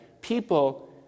People